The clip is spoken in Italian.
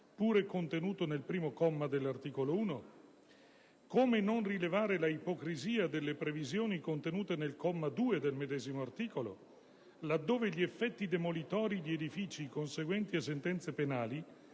pure contenuto nel primo comma dell'articolo 1? Come non rilevare la ipocrisia delle previsioni contenute nel comma 2 del medesimo articolo, laddove gli effetti demolitori di edifici conseguenti a sentenze penali